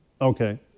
Okay